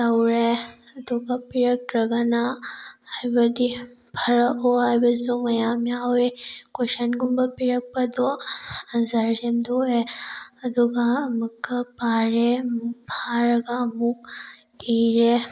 ꯇꯧꯔꯦ ꯑꯗꯨꯒ ꯄꯤꯔꯛꯇ꯭ꯔꯒꯅ ꯍꯥꯏꯕꯗꯤ ꯐꯥꯔꯛꯑꯣ ꯍꯥꯏꯕꯁꯨ ꯃꯌꯥꯝ ꯌꯥꯎꯋꯦ ꯀꯣꯏꯁꯟꯒꯨꯝꯕ ꯄꯤꯔꯛꯄꯗꯣ ꯑꯟꯁꯔ ꯁꯦꯝꯗꯣꯛꯑꯦ ꯑꯗꯨꯒ ꯑꯃꯨꯛꯀ ꯄꯥꯔꯦ ꯐꯥꯔꯒ ꯑꯃꯨꯛ ꯏꯔꯦ